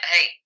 hey